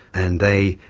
and they,